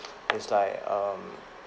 it's like um